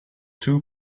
too